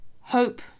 hope